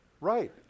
Right